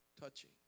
Touching